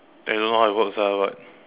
I don't know how it works ah but